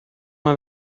mal